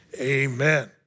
amen